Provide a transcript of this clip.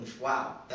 wow